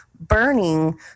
Burning